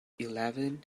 eleven